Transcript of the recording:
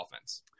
offense